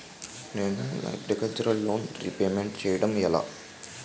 నేను నా agriculture loan repayment చేయడం ఎలా?